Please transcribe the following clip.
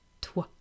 toi